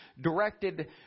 directed